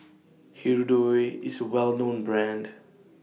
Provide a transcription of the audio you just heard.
Hirudoid IS A Well known Brand